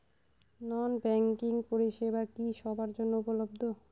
নন banking পরিষেবা কি সবার জন্য উপলব্ধ?